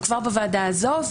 וכבר בוועדה הזו.